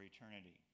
eternity